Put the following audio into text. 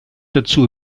dazu